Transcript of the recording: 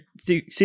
see